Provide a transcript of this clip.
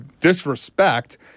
disrespect